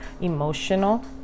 emotional